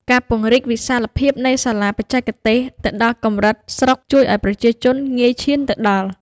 ការពង្រីកវិសាលភាពនៃសាលាបច្ចេកទេសទៅដល់កម្រិតស្រុក ជួយឱ្យប្រជាជនងាយឈានទៅដល់។